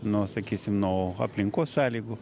nuo sakysim nuo aplinkos sąlygų